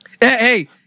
hey